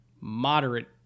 moderate